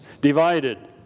divided